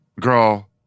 Girl